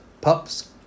Pups